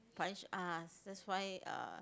punish us that's why uh